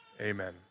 Amen